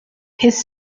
his